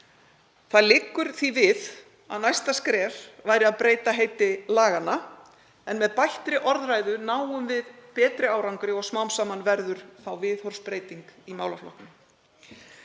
Það liggur því við að næsta skref væri að breyta heiti laganna en með bættri orðræðu náum við betri árangri og smám saman verður þá viðhorfsbreyting í málaflokknum.